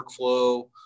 workflow